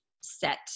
set